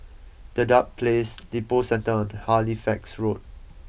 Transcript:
Dedap Place Lippo Centre and Halifax Road